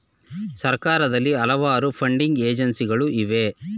ಸರ್ಕಾರದಲ್ಲಿ ಹಲವಾರು ಫಂಡಿಂಗ್ ಏಜೆನ್ಸಿಗಳು ಇವೆ